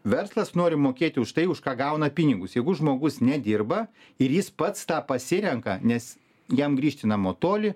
verslas nori mokėti už tai už ką gauna pinigus jeigu žmogus nedirba ir jis pats tą pasirenka nes jam grįžti namo toli